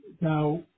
now